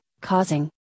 causing